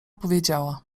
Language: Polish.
powiedziała